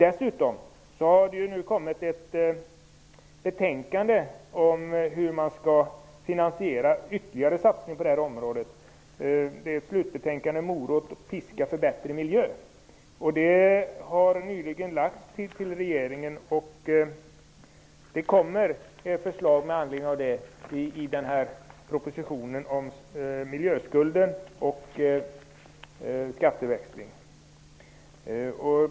Dessutom har det nu kommit ett betänkande om hur man skall finansiera en ytterligare satsning på detta område, nämligen slutbetänkandet Morot och piska för bättre miljö. Det har nyligen framlagts för regeringen, och det kommer med anledning av det ett förslag i propositionen om miljöskuld och skatteväxling.